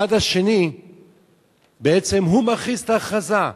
הצד השני בעצם הוא שמכריז את ההכרזה.